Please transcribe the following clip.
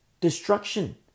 destruction